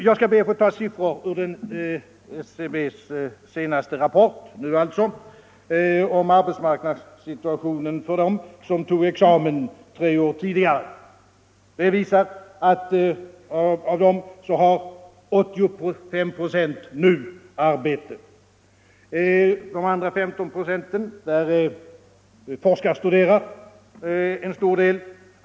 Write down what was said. Jag skall be att få ta ett par siffror ur SCB:s senaste rapport om arbetsmarknadssituationen för dem som tog examen tre år tidigare. Av dem har 85 96 nu arbete. Av resterande 15 96 forskarstuderar en stor del.